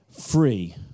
free